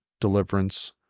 deliverance